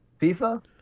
FIFA